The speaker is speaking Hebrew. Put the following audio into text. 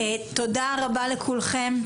תודה רבה לכולכם.